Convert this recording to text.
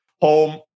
home